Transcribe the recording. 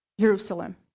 Jerusalem